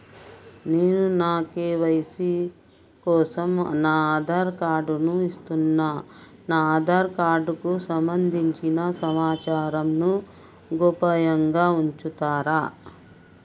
నేను నా కే.వై.సీ కోసం నా ఆధార్ కార్డు ను ఇస్తున్నా నా ఆధార్ కార్డుకు సంబంధించిన సమాచారంను గోప్యంగా ఉంచుతరా?